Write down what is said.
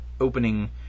opening